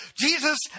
Jesus